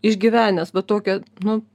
išgyvenęs va tokią nu